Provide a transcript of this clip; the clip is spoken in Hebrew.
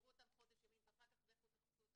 שישמרו את החומר חודש ימים ואחר כך לכו תחפשו את